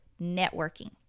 networking